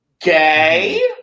gay